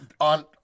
on